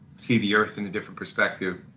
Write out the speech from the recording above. see the earth in a different perspective,